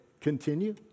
continue